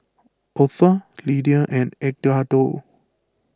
Otha Lydia and Edgardo